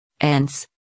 ants